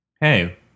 Hey